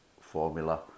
formula